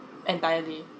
enitrely